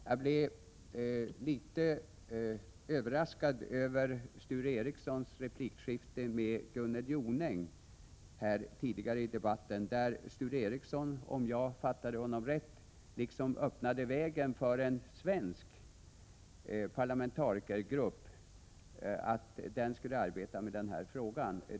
Jag blev litet överraskad över Sture Ericsons replikskifte med Gunnel Jonäng tidigare i debatten då Sture Ericson, om jag förstod honom rätt, öppnade vägen för att en svensk parlamentarikergrupp skulle arbeta med denna fråga.